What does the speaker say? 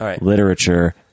literature